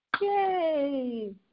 Yay